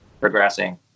progressing